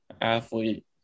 athlete